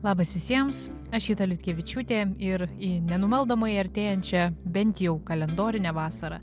labas visiems aš juta liutkevičiūtė ir į nenumaldomai artėjančią bent jau kalendorinę vasarą